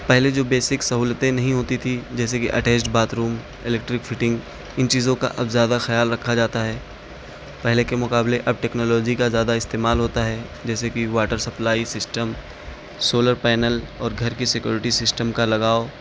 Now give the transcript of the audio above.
پہلے جو بیسک سہولتیں نہیں ہوتی تھی جیسے کہ attached bath room electric fitting ان چیزوں کا اب زیادہ خیال رکھا جاتا ہے پہلے کے مقابلے اب ٹکنالوجی کا زیادہ استعمال ہوتا ہے جیسے کہ water supply system solar panel اور گھر کی سکورٹی سسٹم کا لگاؤ